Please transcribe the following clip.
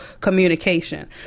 communication